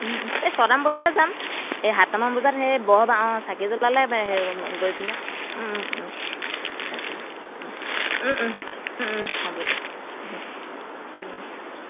এই ছয়টামান বজাতে যাম এই সাতটামান বজাত সেই বৰসভা অঁ চাকি জ্বলালে গৈ পিনে তাকে হ'ব দিয়ক